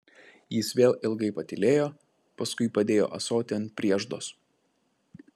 jis vėl ilgai patylėjo paskui padėjo ąsotį ant prieždos